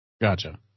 Gotcha